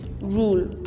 rule